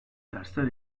dersler